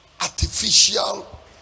artificial